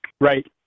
Right